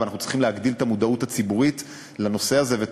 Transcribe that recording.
אנחנו צריכים להגדיל את המודעות הציבורית לנושא הזה ואת